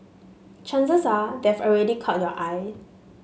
chances are they've already caught your eye